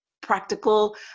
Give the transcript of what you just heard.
practical